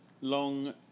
Long